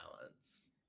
balance